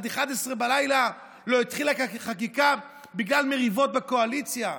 עד 23:00 לא התחילה פה החקיקה בגלל מריבות בקואליציה.